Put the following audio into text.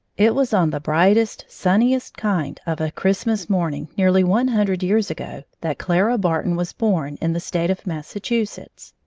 it was on the brightest, sunniest kind of a christmas morning, nearly one hundred years ago, that clara barton was born, in the state of massachusetts.